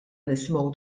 nisimgħu